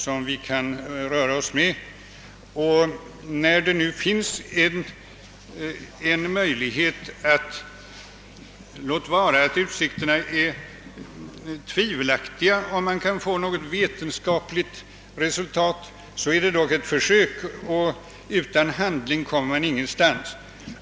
Låt vara att utsikterna att få något vetenskapligt resultat är tvivelaktiga är det dock ett försök, och utan handling kommer man ingenstans.